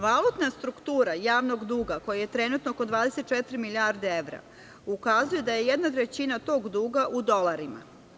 Valutna struktura javnog duga koja je trenutno oko 24 milijarde evra ukazuje da je 1/3 tog duga u dolarima.